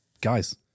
guys